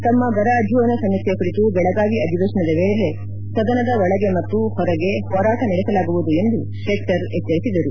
ತಮ್ಮ ಬರ ಅಧ್ಯಯನ ಸಮೀಕ್ಷೆ ಕುರಿತು ಬೆಳಗಾವಿ ಅಧಿವೇಶನದ ವೇಳೆ ಸದನದ ಒಳಗೆ ಮತ್ತು ಹೊರಗೆ ಹೋರಾಟ ನಡೆಸಲಾಗುವುದು ಎಂದು ಶೆಟ್ಟರ್ ಎಚ್ಚರಿಸಿದರು